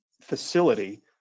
facility